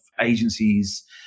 agencies